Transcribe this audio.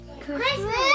christmas